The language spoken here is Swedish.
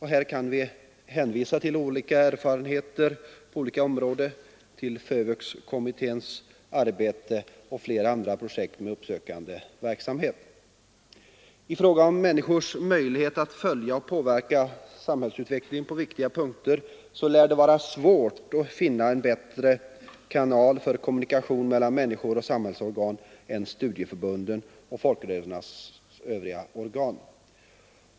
Här kan hänvisas till FÖVUX kommitténs verksamhet samt flera andra projekt med uppsökande verksamhet. I fråga om människors möjligheter att följa och påverka samhällsutvecklingen på viktiga punkter lär det vara svårt att finna bättre kanaler för kommunikation mellan människor och samhällsorgan än studieförbunden och folkrörelsernas övriga organ.